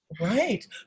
Right